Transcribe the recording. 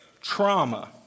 trauma